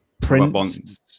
Prince